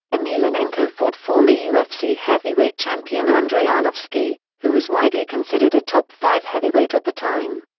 emelianenko fought former ufc heavyweight champion andrei arlovski, who was widely considered a top five heavyweight at the time.